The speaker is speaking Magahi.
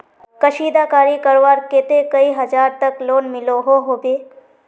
कशीदाकारी करवार केते कई हजार तक लोन मिलोहो होबे?